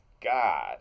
God